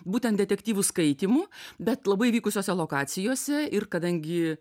būtent detektyvų skaitymu bet labai vykusiose lokacijose ir kadangi